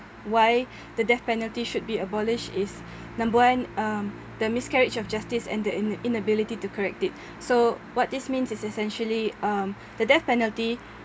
why the death penalty should be abolished is number one um the miscarriage of justice and the in~ inability to correct it so what this means is essentially um the death penalty